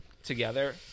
together